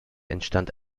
entstand